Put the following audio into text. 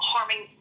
Harming